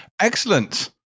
Excellent